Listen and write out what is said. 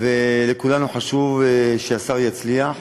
ולכולנו חשוב שהשר יצליח.